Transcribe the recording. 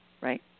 right